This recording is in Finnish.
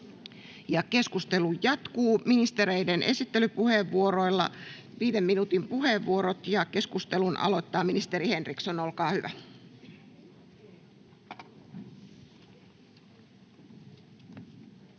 Keskustelu jatkuu ministereiden esittelypuheenvuoroilla, viiden minuutin puheenvuorot. — Keskustelun aloittaa ministeri Henriksson, olkaa hyvä. Arvoisa